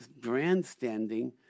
grandstanding